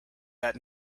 that